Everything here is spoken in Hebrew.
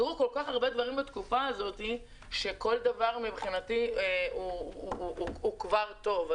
קרו כל כך הרבה דברים בתקופה הזו שכל דבר הוא כבר טוב.